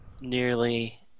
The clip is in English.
nearly